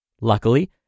Luckily